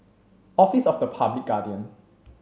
Office of the Public Guardian